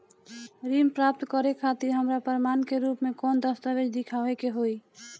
ऋण प्राप्त करे खातिर हमरा प्रमाण के रूप में कौन दस्तावेज़ दिखावे के होई?